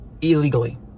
illegally